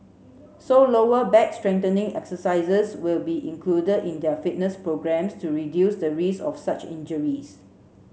so lower back strengthening exercises will be included in their fitness programmes to reduce the risk of such injuries